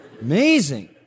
amazing